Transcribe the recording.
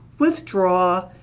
withdraw,